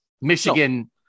Michigan